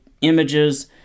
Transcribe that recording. images